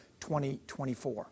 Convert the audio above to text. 2024